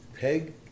Peg